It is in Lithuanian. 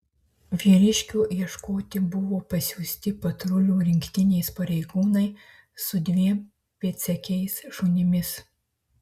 vyriškio ieškoti buvo pasiųsti patrulių rinktinės pareigūnai su dviem pėdsekiais šunimis